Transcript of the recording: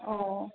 অঁ